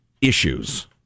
issues